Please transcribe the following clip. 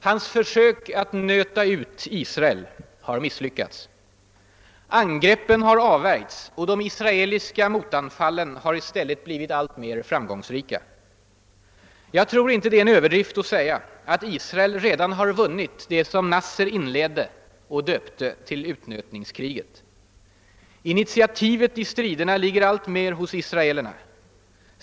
Hans försök att nöta ut Israel har misslyckats. Angreppen har avvärjts och de israeliska motanfallen har i stället blivit alltmer framgångsrika. Jag tror inte det är en överdrift att säga att Israel redan har vunnit det som Nasser inledde och döpte till utnötningskriget. Initiativet i striderna ligger nu alltmer hos israelerna.